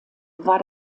war